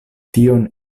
tion